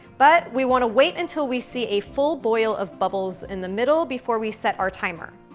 but we wanna wait until we see a full-boil of bubbles in the middle before we set our timer.